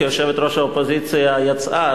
כי יושבת-ראש האופוזיציה יצאה,